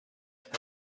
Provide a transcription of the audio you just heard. کنم